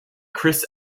chris